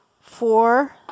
four